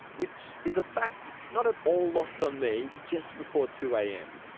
which is a fact not at all lost on me just before two am.